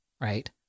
right